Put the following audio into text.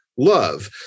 Love